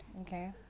Okay